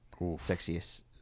sexiest